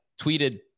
tweeted